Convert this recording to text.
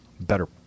better